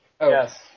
Yes